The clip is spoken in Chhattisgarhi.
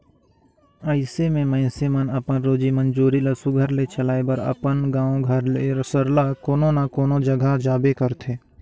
अइसे में मइनसे मन अपन रोजी मंजूरी ल सुग्घर ले चलाए बर अपन गाँव घर ले सरलग कोनो न कोनो जगहा जाबे करथे